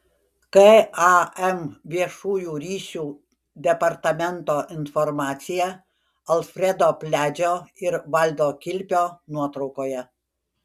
kam viešųjų ryšių departamento informacija alfredo pliadžio ir valdo kilpio nuotraukoje